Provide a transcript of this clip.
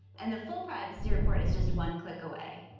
and the full privacy report is just one click away.